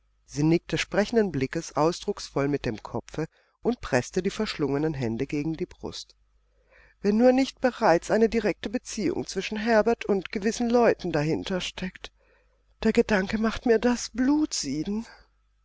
sie nickte sprechenden blickes ausdrucksvoll mit dem kopfe und preßte die verschlungenen hände gegen die brust wenn nur nicht bereits eine direkte beziehung zwischen herbert und gewissen leuten dahinter steckt der gedanke macht mir das blut sieden